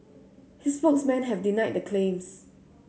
his spokesmen have denied the claims